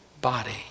body